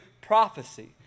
prophecy